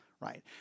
right